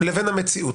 לבין המציאות.